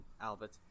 Albert